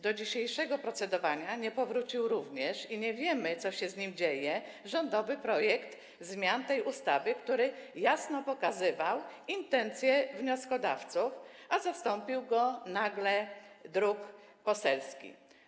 Do dzisiejszego procedowania nie powrócił również - i nie wiemy, co się z nim dzieje - rządowy projekt zmiany tej ustawy, który jasno pokazywał intencje wnioskodawców, a zastąpił go nagle projekt poselski.